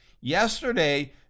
Yesterday